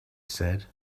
said